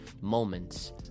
moments